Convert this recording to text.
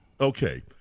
Okay